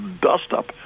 dust-up